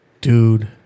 dude